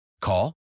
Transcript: Call